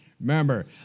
Remember